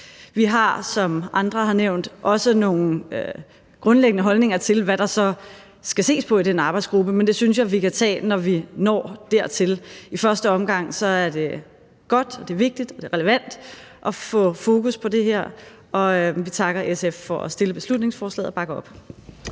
Vi har, som andre har nævnt, også nogle grundlæggende holdninger til, hvad der så skal ses på i den arbejdsgruppe, men det synes jeg vi kan tage, når vi når dertil. I første omgang er det godt og det er vigtigt og det er relevant at få fokus på det her. Vi takker SF for at fremsætte beslutningsforslaget,